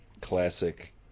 classic